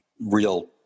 real